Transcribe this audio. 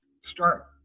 start